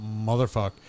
motherfucker